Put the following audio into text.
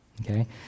okay